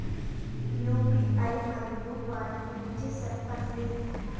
UPI మరియు వాటి గురించి సెప్పండి?